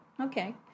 Okay